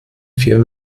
vier